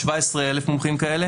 17,000 מומחים כאלה